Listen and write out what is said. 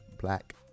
black